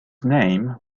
name